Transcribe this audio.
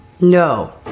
No